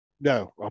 No